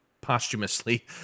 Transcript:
posthumously